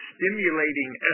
stimulating